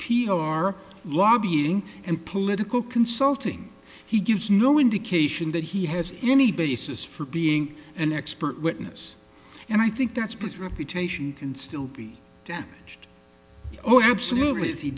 r lobbying and political consulting he gives no indication that he has any basis for being an expert witness and i think that's pretty reputation can still be damaged oh absolutely if he